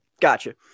gotcha